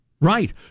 Right